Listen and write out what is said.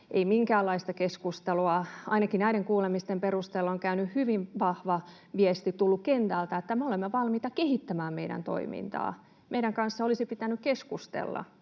ei minkäänlaista keskustelua. Ainakin näiden kuulemisten perusteella on hyvin vahva viesti tullut kentältä: ”Me olemme valmiita kehittämään meidän toimintaa. Meidän kanssa olisi pitänyt keskustella,